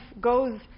goes